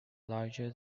larger